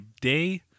day